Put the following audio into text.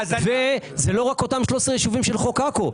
אלה לא רק אותם 13 יישובים של חוק עכו.